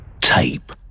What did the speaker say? Tape